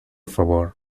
favor